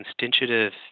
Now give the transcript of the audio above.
constitutive